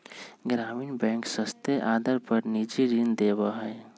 ग्रामीण बैंक सस्ते आदर पर निजी ऋण देवा हई